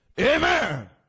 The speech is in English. Amen